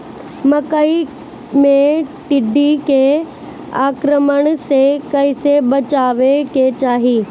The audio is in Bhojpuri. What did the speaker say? मकई मे टिड्डी के आक्रमण से कइसे बचावे के चाही?